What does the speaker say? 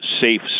safe